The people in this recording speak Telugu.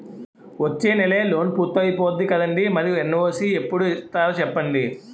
వచ్చేనెలే లోన్ పూర్తయిపోద్ది కదండీ మరి ఎన్.ఓ.సి ఎప్పుడు ఇత్తారో సెప్పండి